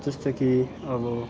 जस्तो कि अब